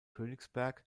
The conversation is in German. königsberg